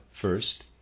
first